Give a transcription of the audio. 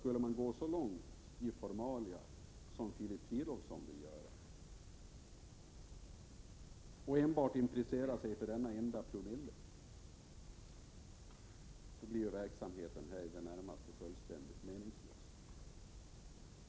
Skulle man gå så långt i formalia som Filip Fridolfsson vill göra och enbart intressera sig för denna enda promille, blir verksamheten här i det närmaste fullständigt meningslös.